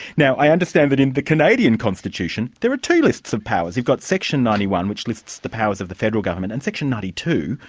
now, i understand that in the canadian constitution there are two lists of powers. you've got section ninety one, which lists the powers of the federal government, and section ninety two,